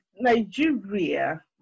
Nigeria